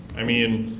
i mean,